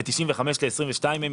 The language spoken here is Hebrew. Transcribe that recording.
ל-22 ימים.